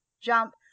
jump